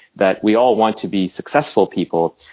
that we all want to be successful people,